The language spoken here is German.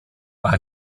bei